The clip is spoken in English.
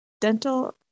dental